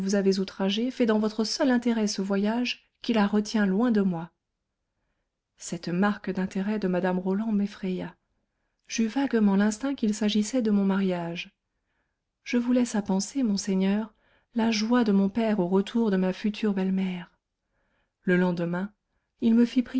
outragée fait dans votre seul intérêt ce voyage qui la retient loin de moi cette marque d'intérêt de mme roland m'effraya j'eus vaguement l'instinct qu'il s'agissait de mon mariage je vous laisse à penser monseigneur la joie de mon père au retour de ma future belle-mère le lendemain il me